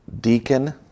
deacon